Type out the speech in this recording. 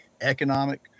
economic